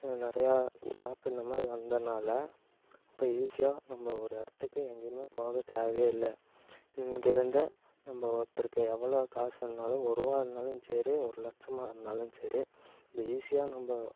நிறையா ஆப் இந்த மாதிரி வந்தனால இப்போ ஈஸியாக நம்ம ஒரு இடத்துக்கு எங்கேயுமே போகத் தேவையே இல்லை இங்கிருந்தே நம்ப ஒருத்தருக்கு எவ்வளோ காசு வேணுன்னாலும் ஒருவா இருந்தாலும் சரி ஒரு லட்சமாக இருந்தாலும் சரி நம்ப ஈஸியாக நம்ப